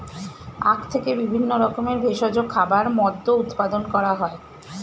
আখ থেকে বিভিন্ন রকমের ভেষজ খাবার, মদ্য উৎপাদন করা হয়